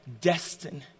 destined